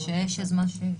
מה שיש זה מה שיש.